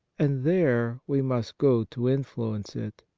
and there we must go to influence it.